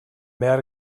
behar